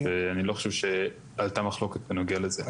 אני לא חושב שהיתה מחלוקת בנוגע לזה.